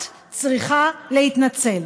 את צריכה להתנצל.